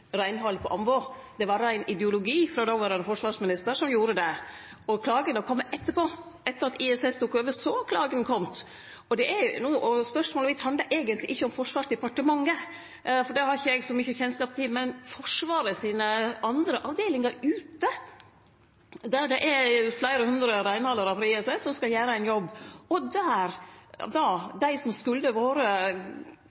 på anbod, det var rein ideologi frå dåverande forsvarsminister som gjorde det. Klagen har kome etterpå. Etter at ISS tok over, har klagen kome. Spørsmålet mitt handla eigentleg ikkje om Forsvarsdepartementet, for det har eg ikkje så mykje kjennskap til, men om Forsvarets andre avdelingar ute, der det er fleire hundre reinhaldarar frå ISS som skal gjere ein jobb, og der